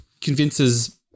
convinces